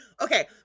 Okay